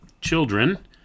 children